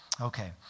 Okay